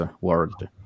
world